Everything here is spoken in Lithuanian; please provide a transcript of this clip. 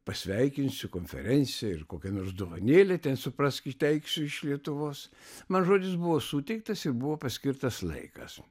pasveikinsiu konferenciją ir kokią nors dovanėlę suprask įteiksiu iš lietuvos man žodis buvo suteiktas ir buvo paskirtas laikas